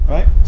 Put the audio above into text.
Right